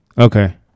Okay